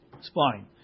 spine